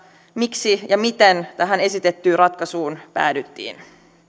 miksi ja miten tähän esitettyyn ratkaisuun päädyttiin